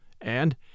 and